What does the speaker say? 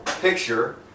picture